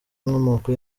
inkomoko